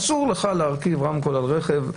אסור לך להרכיב רמקול על רכב.